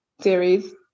series